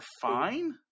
fine